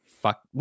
fuck